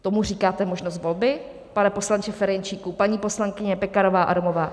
Tomu říkáte možnost volby, pane poslanče Ferjenčíku, paní poslankyně Pekarová Adamová?